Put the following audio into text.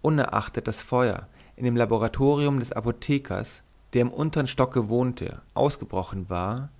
unerachtet das feuer in dem laboratorium des apothekers der im untern stocke wohnte ausgebrochen war